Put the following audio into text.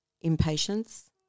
impatience